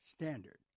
standard